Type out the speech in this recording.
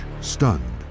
stunned